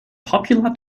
popular